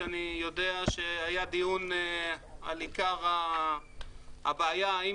אני יודע שהיה דיון על עיקר הבעיה האם